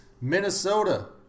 Minnesota